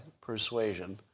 persuasion